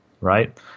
right